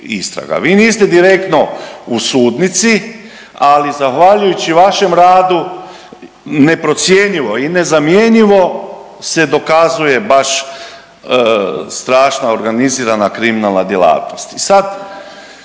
Vi niste direktno u sudnici, ali zahvaljujući vašem radu, neprocjenjivo i nezamjenjivo se dokazuje baš strašna organizirana kriminalna djelatnost.